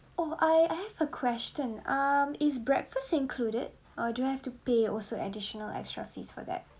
oh I I have a question um is breakfast included or do I have to pay also additional extra fees for that